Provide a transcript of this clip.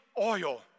oil